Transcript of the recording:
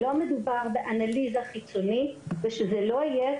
שלא מדובר באנליזה חיצונית ושזה לא יהיה